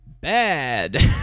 bad